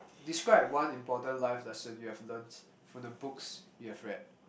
describe one important life lesson you have learned from the books you have read